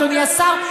אדוני השר.